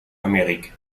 amérique